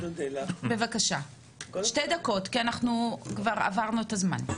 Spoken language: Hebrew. בבקשה שתי דקות, כי אנחנו כבר עברנו את הזמן.